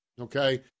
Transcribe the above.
okay